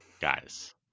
Guys